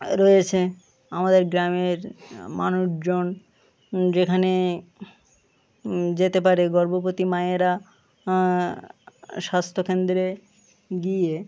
রয়েছে আমাদের গ্রামের মানুষজন যেখানে যেতে পারে গর্ভবতী মায়েরা স্বাস্থ্যকেন্দ্রে গিয়ে